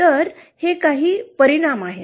तर हे काही परिणाम आहेत